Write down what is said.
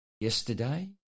yesterday